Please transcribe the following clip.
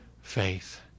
faith